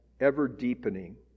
ever-deepening